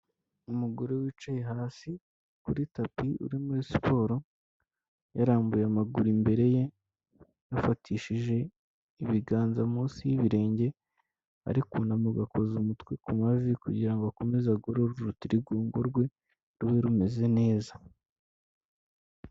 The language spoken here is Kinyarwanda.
Umugore wicaye hasi kuri tapi uri muri siporo, yarambuye amaguru imbere ye, yafatishije ibiganza munsi y'ibirenge, ari kunama agakoza umutwe ku mavi, kugira ngo akomeze agorore urutirigongo rwe rube rumeze neza.